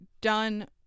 done